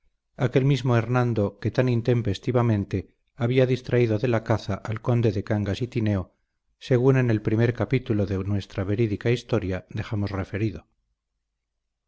aquel mismo hernando que tan intempestivamente había distraído de la caza al conde de cangas y tineo según en el primer capítulo de nuestra verídica historia dejamos referido